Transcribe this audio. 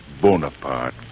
Bonaparte